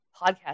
podcast